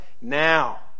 now